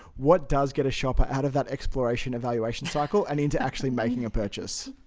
what does get a shopper out of that exploration evaluation cycle and into actually making a purchase?